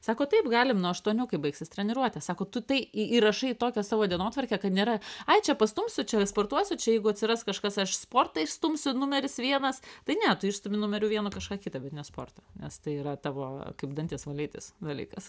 sako taip galim nuo aštuonių kai baigsis treniruotė sako tu tai įrašai į tokią savo dienotvarkę kad nėra ai čia pastumsiu čia sportuosiu čia jeigu atsiras kažkas aš sportą išstumsiu numeris vienas tai ne tu išstumi numeriu vienu kažką kitą bet ne sportą nes tai yra tavo kaip dantis valytis dalykas